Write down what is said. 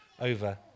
over